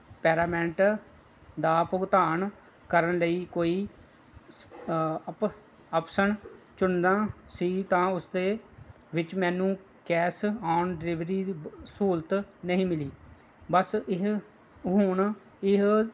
ਪੈਰਾਮੈਂਟ ਦਾ ਭੁਗਤਾਨ ਕਰਨ ਲਈ ਕੋਈ ਅਪ ਆਪਸ਼ਨ ਚੁਣਨਾ ਸੀ ਤਾਂ ਉਸਦੇ ਵਿੱਚ ਮੈਨੂੰ ਕੈਸ ਔਨ ਡਿਲੀਵਰੀ ਸਹੂਲਤ ਨਹੀਂ ਮਿਲੀ ਬਸ ਇਹ ਹੁਣ ਇਹ